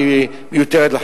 שהיא מיותרת לחלוטין.